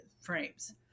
frames